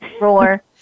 roar